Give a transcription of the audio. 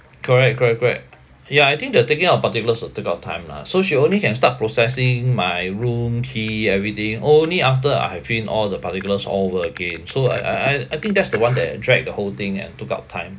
correct correct correct ya I think the taking of particulars uh take a lot of time lah so she only can start processing my room key everything only after I fill in all the particulars all over again so I I I I think that's the one that drag the whole thing and took up time